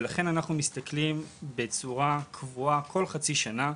ולכן אנחנו מסתכלים בצורה קבועה כל חצי שנה,